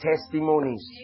testimonies